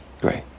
Great